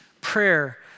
prayer